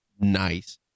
nice